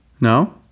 No